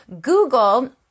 Google